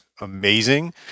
amazing